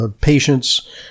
patients